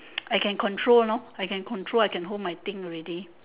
I can control you know I can control I can hold my thing already